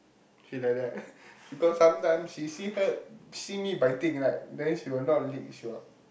she like that because sometimes she see her she see me biting right then she will not lick she will